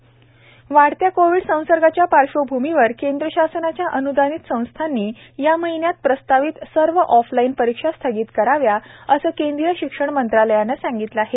सर्व ऑफलाईन परीक्षा स्थगित वाढत्या कोविड संसर्गाच्या पार्श्वभूमीवर केंद्र शासनाच्या अन्दानित संस्थांनी या महिन्यात प्रस्तावित सर्व ऑफलाईन परीक्षा स्थगित कराव्यात असं केंद्रीय शिक्षण मंत्रालयानं सांगितलं आहे